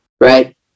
right